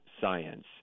science